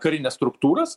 karines struktūras